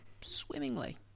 swimmingly